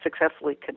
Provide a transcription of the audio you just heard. successfully